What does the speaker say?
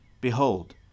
Behold